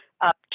up